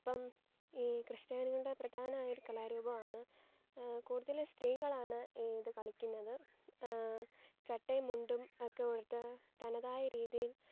അപ്പം ഈ ക്രിസ്ത്യാനികളുടെ പ്രധാനമായ ഒരു കലാരൂപമാണ് കൂടുതൽ സ്ത്രീകളാണ് ഇത് കളിക്കുന്നത് ചട്ടയും മുണ്ടും ഒക്കെ ഉടുത്ത് തനതായ രീതിയിൽ